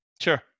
sure